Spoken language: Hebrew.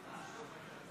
ההצבעה: